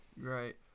Right